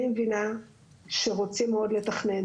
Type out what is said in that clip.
אני מבינה שרוצים מאוד לתכנן,